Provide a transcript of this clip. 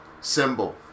symbol